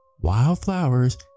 wildflowers